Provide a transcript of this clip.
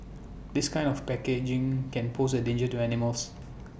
this kind of packaging can pose A danger to animals